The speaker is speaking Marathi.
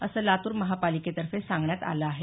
असं लातूर महापालिकतर्फे सांगण्यात आलं आहे